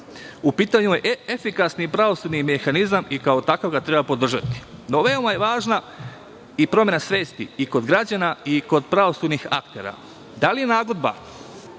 U pitanju je efikasni pravosudni mehanizama i kao takvog ga treba podržati. Veoma je važna promena svesti i kod građana i kod pravosudnih aktera. Da li je nagodba